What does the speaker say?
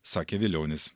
sakė vilionis